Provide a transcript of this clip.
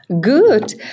Good